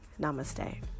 Namaste